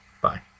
Bye